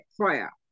prayer